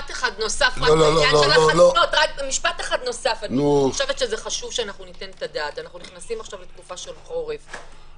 אני חושבת שחשוב שניתן את הדעת - אנחנו נכנסים לתקופה של חורף.